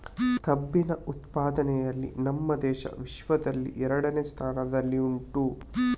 ಕಬ್ಬಿನ ಉತ್ಪಾದನೆಯಲ್ಲಿ ನಮ್ಮ ದೇಶವು ವಿಶ್ವದಲ್ಲಿ ಎರಡನೆಯ ಸ್ಥಾನದಲ್ಲಿ ಉಂಟು